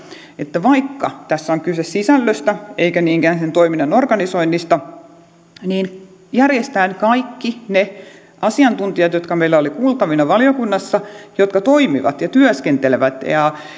että vaikka tässä on kyse sisällöstä eikä niinkään sen toiminnan organisoinnista niin järjestään kaikki ne asiantuntijat jotka meillä olivat kuultavina valiokunnassa jotka toimivat ja työskentelevät yhteispalvelupisteissä